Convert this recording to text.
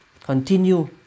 Continue